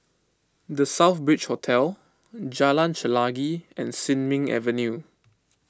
the Southbridge Hotel Jalan Chelagi and Sin Ming Avenue